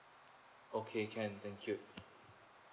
okay can thank you